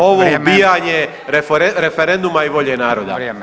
ovo ubijanje referenduma i volje naroda.